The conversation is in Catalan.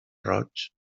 roig